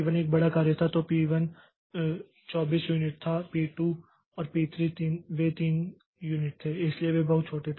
P1 एक बड़ा कार्य था तो P1 24 यूनिट था P2 और P3 वे 3 यूनिट थे इसलिए वे बहुत छोटे हैं